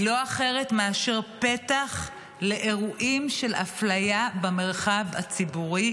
היא לא אחרת מאשר פתח לאירועים של אפליה במרחב הציבורי,